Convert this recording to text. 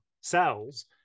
cells